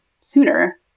sooner